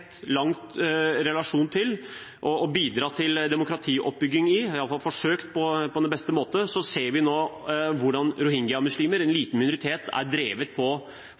relasjon til og bidratt til demokratioppbygging i – i hvert fall forsøkt på beste måte – ser vi nå hvordan rohingya-muslimer, en liten minoritet, er drevet på